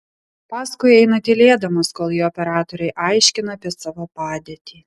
paskui eina tylėdamas kol ji operatoriui aiškina apie savo padėtį